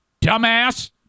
dumbass